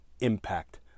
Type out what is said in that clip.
impact